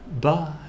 Bye